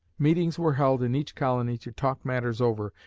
meetings were held in each colony to talk matters over,